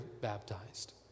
baptized